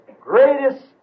greatest